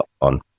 on